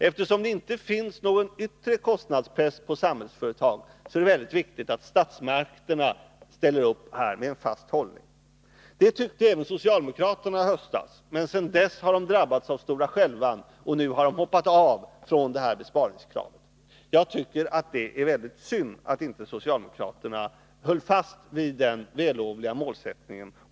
Eftersom det inte finns någon yttre press på Samhällsföretag, är det viktigt att statsmakterna ställer upp med en fast hållning. Det tyckte även socialdemokraterna i höstas, men sedan dess har de drabbats av stora skälvan, och nu har de hoppat av från detta besparingskrav. Jag tycker det är tråkigt att socialdemokraterna inte höll fast vid den vällovliga målsättningen.